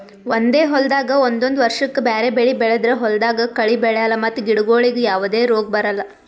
ಒಂದೇ ಹೊಲ್ದಾಗ್ ಒಂದೊಂದ್ ವರ್ಷಕ್ಕ್ ಬ್ಯಾರೆ ಬೆಳಿ ಬೆಳದ್ರ್ ಹೊಲ್ದಾಗ ಕಳಿ ಬೆಳ್ಯಾಲ್ ಮತ್ತ್ ಗಿಡಗೋಳಿಗ್ ಯಾವದೇ ರೋಗ್ ಬರಲ್